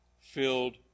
Filled